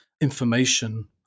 information